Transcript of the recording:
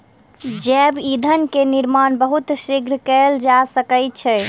जैव ईंधन के निर्माण बहुत शीघ्र कएल जा सकै छै